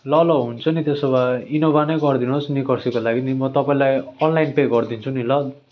ल ल हुन्छ नि त्यसो भए इनोभा नै गरिदिनुहोस् निकर्सीको लागि म तपाईँलाई अनलाइन पे गरिदिन्छु नि ल